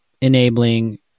enabling